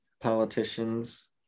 politicians